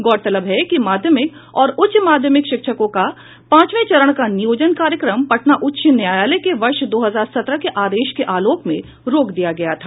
गौरतलब है कि माध्यमिक और उच्च माध्यमिक शिक्षकों का पांचवे चरण का नियोजन कार्यक्रम पटना उच्च न्यायालय के वर्ष दो हजार सत्रह के आदेश के आलोक में रोक दिया गया था